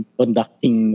conducting